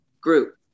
Group